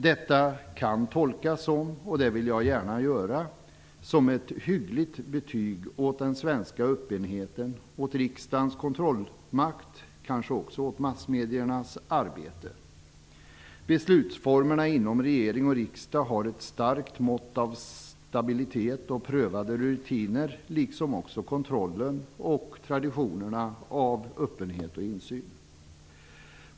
Detta kan tolkas som, och det vill jag gärna göra, ett hyggligt betyg åt den svenska öppenheten, åt riksdagens kontrollmakt, kanske också åt massmediernas arbete. Beslutsformerna inom regering och riksdag har ett starkt mått av stabilitet och prövade rutiner, liksom också kontrollen och traditionerna av öppenhet och insyn.